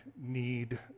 need